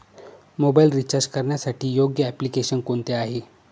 Mobile recharge करण्यासाठी योग्य application कोणते आहे?